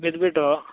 ಬಿದ್ದುಬಿಟ್ಟು